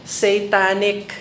satanic